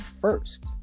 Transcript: first